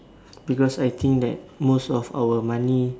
because I think that most of our money